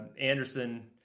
Anderson